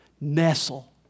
Nestle